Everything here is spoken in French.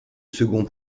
second